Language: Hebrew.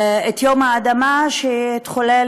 את יום האדמה שהתחולל